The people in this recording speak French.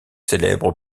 célèbre